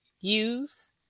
use